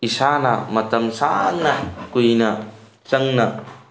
ꯏꯁꯥꯅ ꯃꯇꯝ ꯁꯥꯡꯅ ꯀꯨꯏꯅ ꯆꯪꯅ